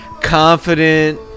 confident